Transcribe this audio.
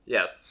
Yes